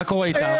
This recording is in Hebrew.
מה קורה איתם?